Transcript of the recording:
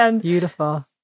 Beautiful